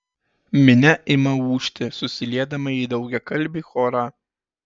minia ima ūžti susiliedama į daugiakalbį chorą